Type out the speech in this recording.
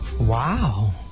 Wow